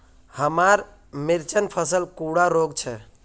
हमार मिर्चन फसल कुंडा रोग छै?